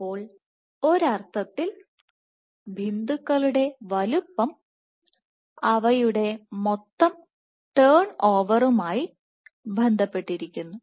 അപ്പോൾ ഒരർത്ഥത്തിൽ ബിന്ദുക്കളുടെ വലുപ്പം അവയുടെ മൊത്തം ടേൺഓവറുമായി ബന്ധപ്പെട്ടിരിക്കുന്നു